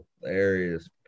hilarious